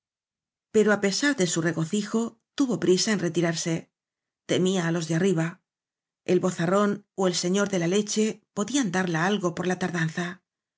pero á pesar de su regocijo tuvo prisa en retirarse temía á los de arriba el vozarrón ó el señor de la leche podían darla algo por la tardanza